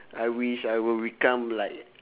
I wish I will become like